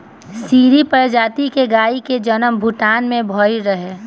सीरी प्रजाति के गाई के जनम भूटान में भइल रहे